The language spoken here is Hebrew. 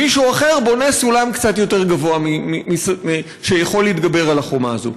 מישהו אחר בונה סולם קצת יותר גבוה שיכול להתגבר על החומה הזאת.